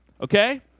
Okay